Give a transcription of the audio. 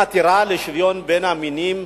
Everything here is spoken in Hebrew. חתירה לשוויון בין המינים,